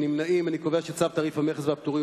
אנו עוברים להצבעה על צו תעריף המכס והפטורים